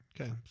Okay